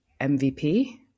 MVP